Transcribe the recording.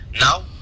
now